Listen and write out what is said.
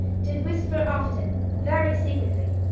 did whisper often very secretly.